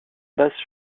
base